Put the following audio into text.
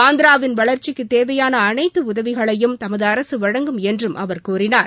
ஆந்திராவின் வளர்ச்சிக்கு தேவையான அனைத்து உதவிகளையும் தமது அரசு வழங்கும் என்றும் அவர் கூறினார்